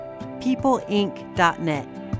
peopleinc.net